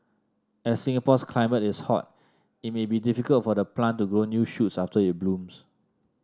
as Singapore's climate is hot it may be difficult for the plant to grow new shoots after it blooms